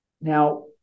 Now